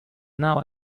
now